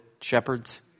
Shepherds